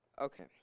Okay